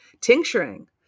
Tincturing